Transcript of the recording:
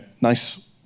nice